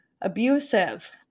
Abusive